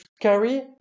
carry